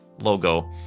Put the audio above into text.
logo